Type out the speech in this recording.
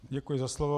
Děkuji za slovo.